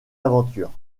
aventure